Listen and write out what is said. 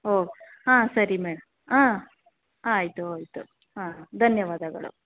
ಓ ಹಾಂ ಸರಿ ಮೇಡಮ್ ಹಾಂ ಆಯಿತು ಆಯಿತು ಹಾಂ ಧನ್ಯವಾದಗಳು